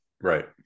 Right